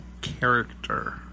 character